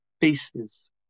faces